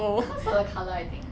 cause of the colour I think